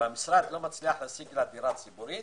והמשרד לא מצליח להשיג לה דירה ציבורית,